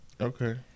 Okay